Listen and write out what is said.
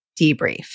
debrief